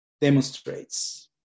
demonstrates